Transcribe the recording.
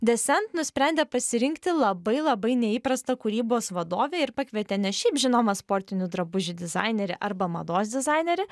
de sent nusprendė pasirinkti labai labai neįprastą kūrybos vadovę ir pakvietė ne šiaip žinomą sportinių drabužių dizainerį arba mados dizainerį